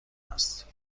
است